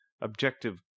objective